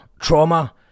trauma